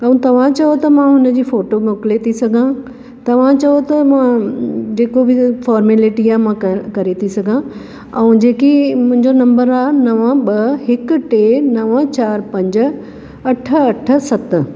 ऐं तव्हां चयो त मां हुनजी फ़ोटो मोकिले थी सघां तव्हांजो त मां जेको बि फ़ॉर्मेलिटी आहे मां क करे थी सघां ऐं जेको मुंहिंजो नम्बर आहे नव ॿ हिक टे नव चारि पंज अठ अठ सत